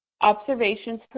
observations